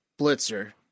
Blitzer